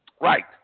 Right